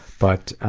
but